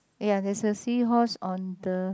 ya there's a seahorse on the